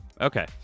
Okay